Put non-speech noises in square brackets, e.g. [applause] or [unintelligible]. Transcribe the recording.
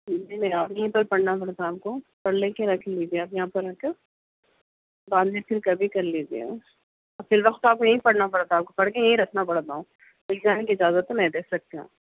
[unintelligible] یہیں پر پڑھنا پڑتا آپ کو پڑھ لے کے رکھ لیجئے آپ یہاں پر رکھ کر بعد میں پھر کبھی کر لیجئے گا فی الوقت تو آپ کو یہیں پڑھنا پڑتا پڑھ کے یہیں رکھنا پڑتا لے کے جانے کی اجازت نہیں دے سکتے ہیں